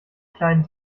kleinen